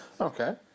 Okay